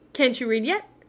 can't you read yet?